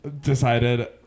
decided